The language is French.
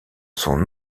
son